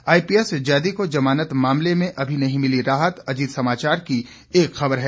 IPS Zaidi को जमानत मामले में अभी नहीं मिली राहत अजीत समाचार की एक खबर है